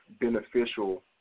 beneficial